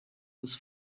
this